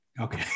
Okay